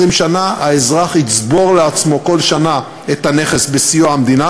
שנה האזרח יצבור לעצמו כל שנה את הנכס בסיוע המדינה,